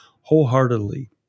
wholeheartedly